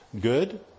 Good